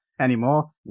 anymore